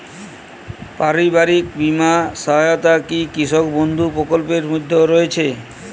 পারিবারিক বীমা সহায়তা কি কৃষক বন্ধু প্রকল্পের মধ্যে রয়েছে?